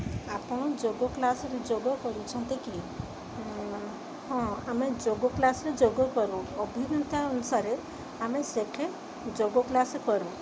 ଆପଣ ଯୋଗ କ୍ଲାସରେ ଯୋଗ କରୁଛନ୍ତି କି ହଁ ଆମେ ଯୋଗ କ୍ଲାସରେ ଯୋଗ କରୁ ଅଭିଜ୍ଞତା ଅନୁସାରେ ଆମେ ସେଠେଁ ଯୋଗ କ୍ଲାସ କରୁ